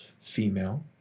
female